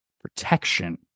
Protection